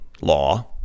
law